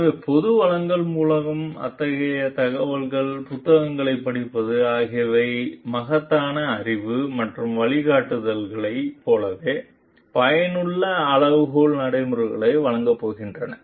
எனவே பொது வளங்கள் மூலம் இத்தகைய தகவல்கள் புத்தகங்களைப் படிப்பது ஆகியவை மகத்தான அறிவு மற்றும் வழிகாட்டுதல்களைப் போலவே பயனுள்ள அளவுகோல் நடைமுறைகளையும் வழங்கப் போகின்றன